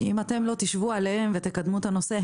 אם אתם לא תשבו עליהם ותקדמו את הנושא,